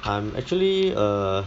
I'm actually err